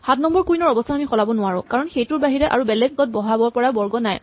সাত নম্বৰ কুইনৰ অৱস্হান আমি সলাব নোৱাৰো কাৰণ সেইটোৰ বাহিৰে আৰু বেলেগ বহাব পৰা বৰ্গ নাই